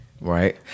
Right